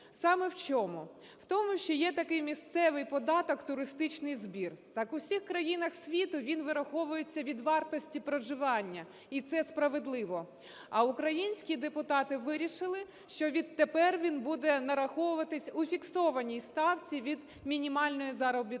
Саме в чому? В тому, що є такий місцевий податок – туристичний збір. Так в усіх країнах світу він вираховується від вартості проживання, і це справедливо. А українські депутати вирішили, що відтепер він буде нараховуватись у фіксованій ставці від мінімальної заробітної